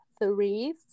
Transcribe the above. three